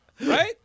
Right